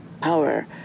power